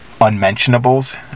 unmentionables